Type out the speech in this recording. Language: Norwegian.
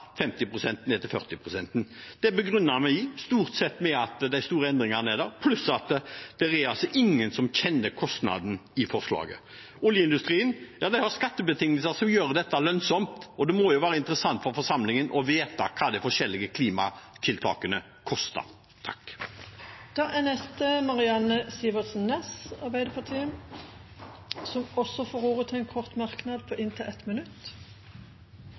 til 40 pst. Det begrunner vi med at de store endringene stort sett er der, samt at det er ingen som kjenner kostnaden av forslaget. Oljeindustrien har skattebetingelser som gjør dette lønnsomt, og det må jo være interessant for forsamlingen å få vite hva de forskjellige klimatiltakene koster. Representanten Marianne Sivertsen Næss har hatt ordet to ganger tidligere og får ordet til en kort merknad, begrenset til 1 minutt.